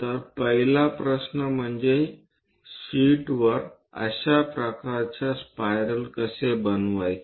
तर पहिला प्रश्न म्हणजे शीटवर अशा प्रकारच्या स्पायरल कसे बनवायचे